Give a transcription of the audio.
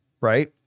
right